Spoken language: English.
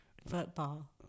football